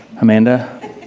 Amanda